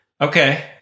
Okay